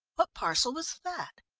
what parcel was that?